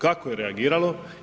Kako je reagiralo?